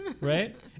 right